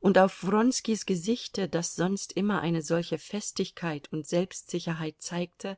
und auf wronskis gesichte das sonst immer eine solche festigkeit und selbstsicherheit zeigte